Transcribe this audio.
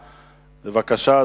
בבקשה,